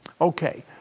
Okay